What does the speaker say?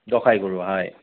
জকাই ঘূৰোৱা হয়